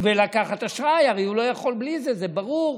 ולקחת אשראי, הרי הוא לא יכול בלי זה, זה ברור.